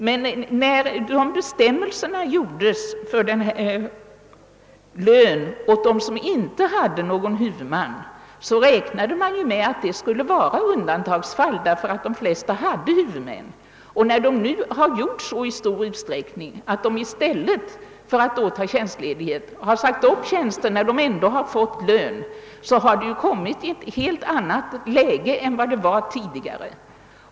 Men när bestämmelserna utformades beträffande lön till dem, som inte har någon huvudman, räknade man med att de skulle utgöra undantagsfall — de flesta hade huvudmän. När de nu i stor utsträckning i stället för att ta tjänstledighet har sagt upp sina tjänster, eftersom de ändå fått ut sin lön, har läget blivit ett annat än tidigare.